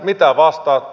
mitä vastaatte